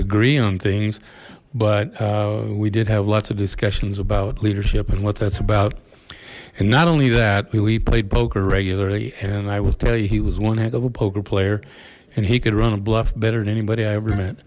agree on things but we did have lots of discussions about leadership and what that's about and not only that we played poker regularly and i will tell you he was one heck of a poker player and he could run a bluff better than anybody i ever met